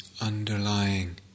underlying